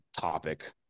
topic